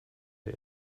der